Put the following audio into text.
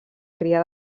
cria